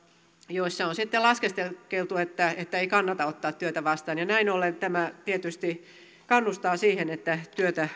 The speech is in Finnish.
joissa on sitten laskeskeltu että että ei kannata ottaa työtä vastaan ja näin ollen tämä tietysti kannustaa siihen että työtä